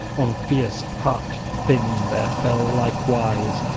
on fierce-heart finn there fell likewise,